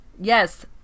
Yes